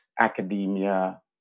academia